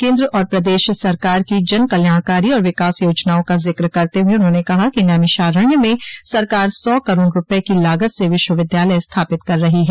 केन्द्र और प्रदेश सरकार की जन कल्याणकारी और विकास योजनाओं का जिक्र करते हुए उन्होंने कहा कि नैमिषारण्य में सरकार सौ करोड़ रूपये की लागत से विश्वविद्यालय स्थापित कर रही है